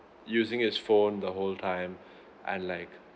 using his phone the whole time and like